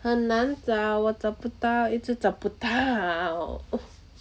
很难找我找不到一直找不到